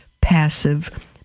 passive